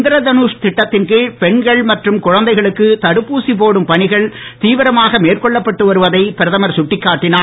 இந்திர தனுஷ் திட்டத்தின்கீழ் பெண்கள் மற்றும் குழந்தைகளுக்கு தடுப்பூசி போடும் பணிகள் தீவிரமாக மேற்கொள்ளப்பட்டு வருவதை பிரதமர் கட்டிக்காட்டினார்